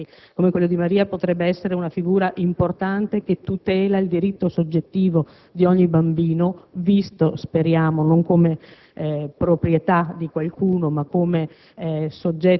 Maria, in tutti i tanti casi di bambini italiani e stranieri come quello di Maria, potrebbe essere una figura importante che tutela il diritto soggettivo di ogni bambino, visto - speriamo - non come